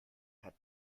hat